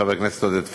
חבר הכנסת עודד פורר,